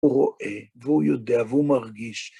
הוא רואה, והוא יודע, והוא מרגיש.